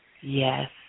Yes